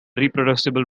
reproducible